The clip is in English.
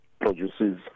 produces